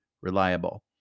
reliable